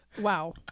wow